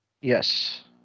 Yes